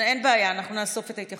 אין בעיה, אנחנו נאסוף את ההתייחסויות.